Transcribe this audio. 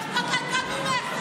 ואכפת להם גם ממך.